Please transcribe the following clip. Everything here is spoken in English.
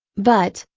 but,